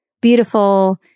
beautiful